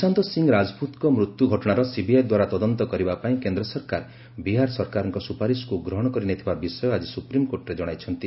Sushant Rajput death case Sushant Singh ରାଜପୁତଙ୍କ ମୃତ୍ୟୁ ଘଟଣାର ସିବିଆଇ ଦ୍ୱାରା ତଦନ୍ତ କରିବା ପାଇଁ କେନ୍ଦ୍ର ସରକାର ବିହାର ସରକାରଙ୍କ ସୁପାରିଶ୍କୁ ଗ୍ରହଣ କରିନେଇଥିବା ବିଷୟ ଆଜି ସୁପ୍ରିମକୋର୍ଟରେ ଜଣାଇଛନ୍ତି